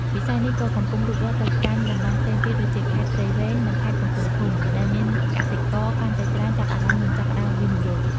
វិស័យនេះក៏កំពុងលូតលាស់ទៅកាន់តំបន់ផ្សេងទៀតដូចជា ខេត្តព្រៃវែង និងខេត្តកំពង់ធំ ដែលមានកសិករកាន់តែច្រើនចាប់អារម្មណ៍និងចាប់ផ្តើមវិនិយោគ។